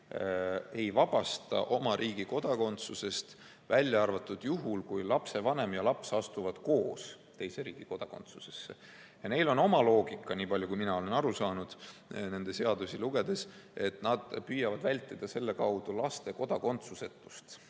ei vabasta oma riigi kodakondsusest, välja arvatud juhul, kui lapsevanem ja laps koos astuvad teise riigi kodakondsusesse. Neil on oma loogika. Nii palju kui mina olen aru saanud nende seadusi lugedes, püüavad nad selle abil vältida laste kodakondsusetust.